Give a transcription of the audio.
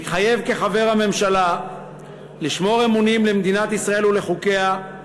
מתחייב כחבר הממשלה לשמור אמונים למדינת ישראל ולחוקיה,